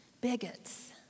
bigots